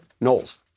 Knowles